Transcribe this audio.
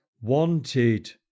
Wanted